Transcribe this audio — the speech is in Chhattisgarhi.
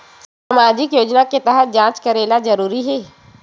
सामजिक योजना तहत जांच करेला जरूरी हे